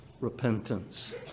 repentance